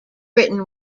written